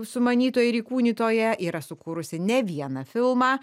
sumanytoja ir įkūnytoja yra sukūrusi ne vieną filmą